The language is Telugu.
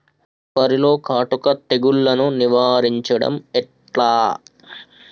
వరిలో కాటుక తెగుళ్లను నివారించడం ఎట్లా?